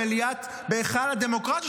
בהיכל הדמוקרטיה,